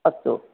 अस्तु